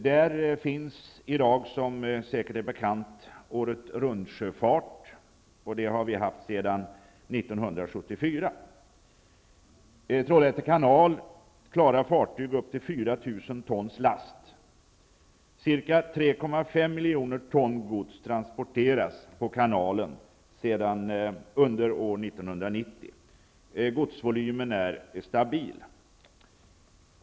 Här finns, som säkert är bekant, året-runtsjöfart, sedan år 1974. Ca 3,5 miljoner ton gods transporterades på kanalen under år 1990. Godsvolymen är stabil.